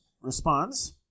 responds